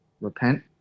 repent